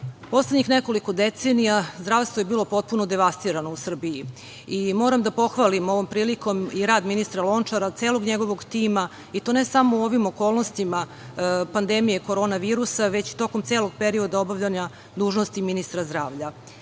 zdravstvo. Poslednjih nekoliko decenija zdravstvo je bilo potpuno devastirano u Srbiji. Moram da pohvalim ovom prilikom i rad ministra Lončara, celog njegovog tima, i to ne samo u ovim okolnostima pandemije korona virusa, već i tokom celog perioda obavljanja dužnosti ministra zdravlja,